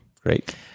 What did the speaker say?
Great